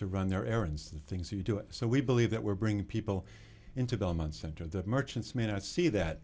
to run their errands the things you do so we believe that we're bringing people into the elements center the merchants may not see that